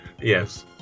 Yes